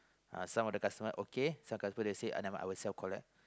uh some of the customer okay some customer they say never mind I will self-collect